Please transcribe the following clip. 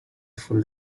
full